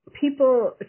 People